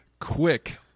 Quick